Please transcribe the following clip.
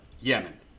Yemen